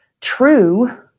true